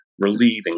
relieving